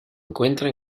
encuentra